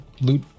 loot